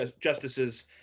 justices